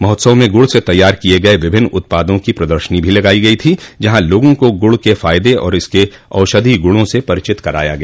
महोत्सव में गुड़ से तैयार किये गये विभिन्न उत्पादो की प्रदर्शनी भी लगायी गयी थी जहां लोगों को गुड़ के फायदे व इसके औषधि गुणों से परिचित कराया गया